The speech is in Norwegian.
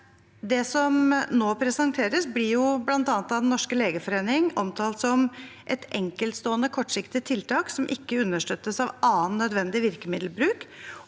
det som nå presenteres, blir bl.a. av Den norske legeforening omtalt som et «enkeltstående kortsiktig tiltak, som ikke understøttes av annen nødvendig virkemiddelbruk,